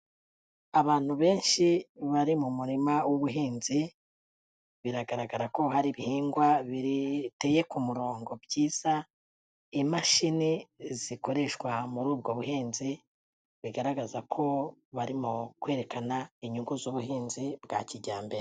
Abantu benshi bari mu murima w'ubuhinzi, biragaragara ko hari ibihingwa biteye ku murongo byiza, imashini zikoreshwa muri ubwo buhinzi, bigaragaza ko barimo kwerekana inyungu z'ubuhinzi bwa kijyambere.